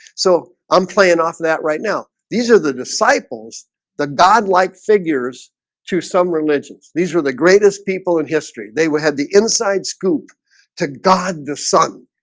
so i'm playing off that right now these are the disciples the godlike figures to some religions. these were the greatest people in history they would have the inside scoop to god the son